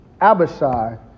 Abishai